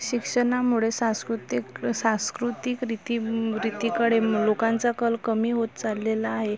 शिक्षणामुळे सांस्कृतिक सांस्कृतिक रीती रितीकडे लोकांचा कल कमी होत चाललेला आहे तसेच